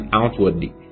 outwardly